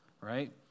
Right